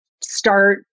start